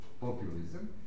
populism